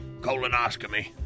colonoscopy